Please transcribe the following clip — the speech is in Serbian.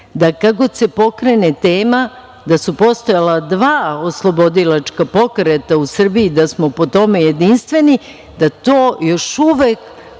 da kada god se pokrene tema da su postojala dva oslobodilačka pokreta u Srbiji, da smo po tome jedinstveni, da to još uvek